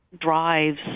drives